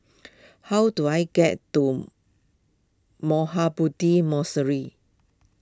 how do I get to Mahabodhi